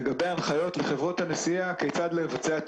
לגבי הנחיות לחברות הנסיעה כיצד לבצע את